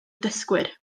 dysgwyr